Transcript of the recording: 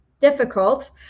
difficult